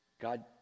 god